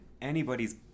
anybody's